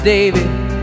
David